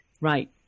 right